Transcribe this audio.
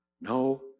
No